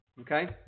Okay